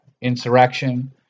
insurrection